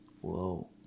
Whoa